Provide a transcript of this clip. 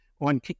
on